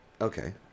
okay